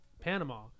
Panama